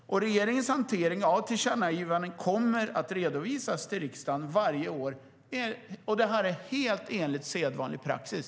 Regeringens hantering av tillkännagivanden kommer att redovisas till riksdagen varje år, detta helt enligt sedvanlig praxis.